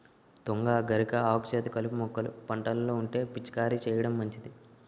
తుంగ, గరిక, ఆకుజాతి కలుపు మొక్కలు పంటలో ఉంటే పిచికారీ చేయడం మంచిది